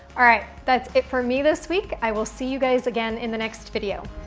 alright, that's it for me this week. i will see you guys again in the next video.